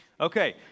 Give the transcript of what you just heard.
Okay